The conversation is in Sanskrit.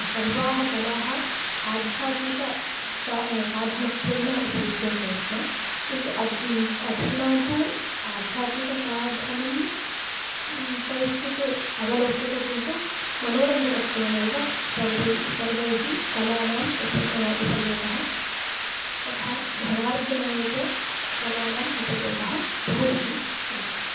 सर्वाः कलाः आध्यात्मिक सा साधनत्वेन उपयुज्यन्ते स्म किन्तु अद् अधुना तु आध्यात्मिकसाधनं कैश्चित् अवलोक्यते किन्तु मनोरञ्जकत्वेन एव सर्वै सर्वैः कलानाम् उप उपयोगः तथा धनार्जनाय च कलानाम् उपयोगः बहुभिः क्रियते